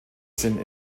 sind